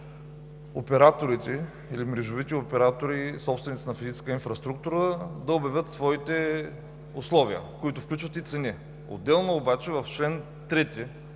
операторите или мрежовите оператори – собственици на физическа инфраструктура, да обявят своите условия, които включват и цени. Отделно, в чл. 3,